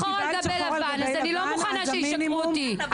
אני לא מוכנה שישקרו אותי.